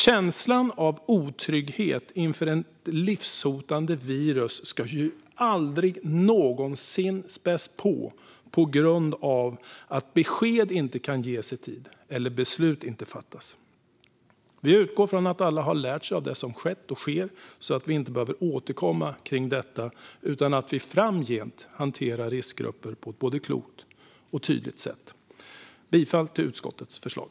Känslan av otrygghet inför ett livshotande virus ska aldrig någonsin späs på för att besked inte kan ges eller beslut inte fattas i tid. Vi utgår från att alla har lärt sig av det som har skett och sker så att vi inte behöver återkomma om detta, utan att vi framgent hanterar riskgrupper på ett både klokt och tydligt sätt. Jag yrkar bifall till utskottets förslag.